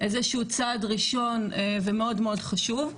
איזשהו צעד ראשון ומאוד-מאוד חשוב.